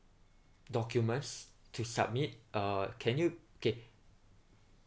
documents to submit uh can you K